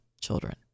children